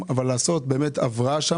ולעשות הבראה.